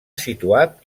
situat